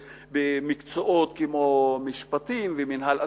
במקצועות כמו משפטים ומינהל עסקים,